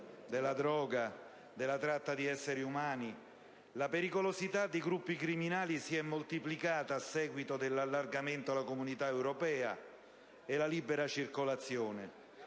della droga e della tratta di esseri umani. La pericolosità di gruppi criminali si è moltiplicata a seguito del recente allargamento della comunità europea e della conseguente